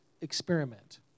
experiment